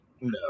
No